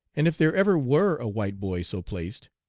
and if there ever were a white boy so placed,